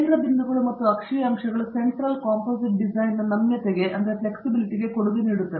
ಕೇಂದ್ರ ಬಿಂದುಗಳು ಮತ್ತು ಅಕ್ಷೀಯ ಅಂಶಗಳು ಸೆಂಟ್ರಲ್ ಕಾಂಪೊಸಿಟ್ ಡಿಸೈನ್ ನ ನಮ್ಯತೆಗೆ ಕೊಡುಗೆ ನೀಡುತ್ತವೆ